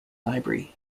library